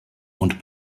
und